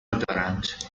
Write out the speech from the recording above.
دارند